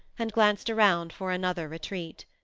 and glanced around for another retreat.